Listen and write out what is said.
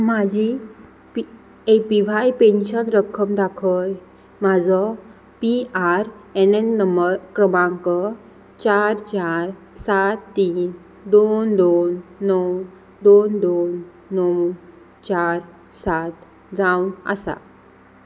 म्हाजी P A P Y pension रक्कम दाखय म्हाजो P R N N number क्रमांक चार चार सात तीन दोन दोन णव दोन दोन णव चार सात जावन आसा